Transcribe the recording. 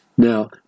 Now